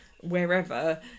wherever